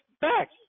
back